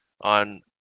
on